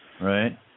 Right